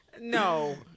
No